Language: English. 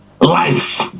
life